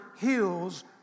heals